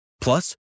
Plus